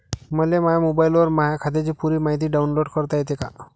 मले माह्या मोबाईलवर माह्या खात्याची पुरी मायती डाऊनलोड करता येते का?